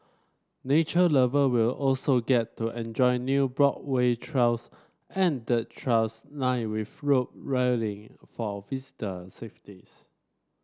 nature lover will also get to enjoy new boardwalk trails and dirt trails lined with roll railing for visitor safeties